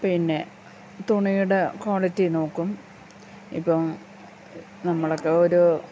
പിന്നെ തുണിയുടെ ക്വാളിറ്റി നോക്കും ഇപ്പം നമ്മളൊക്കെ ഒരു